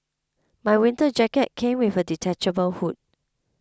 my winter jacket came with a detachable hood